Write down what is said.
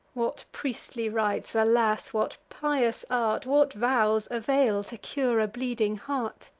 what priestly rites, alas! what pious art, what vows avail to cure a bleeding heart!